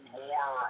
more